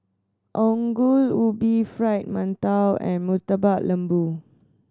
Ongol Ubi Fried Mantou and Murtabak Lembu